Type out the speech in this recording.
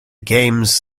games